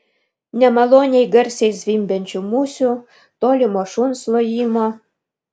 nemaloniai garsiai zvimbiančių musių tolimo šuns lojimo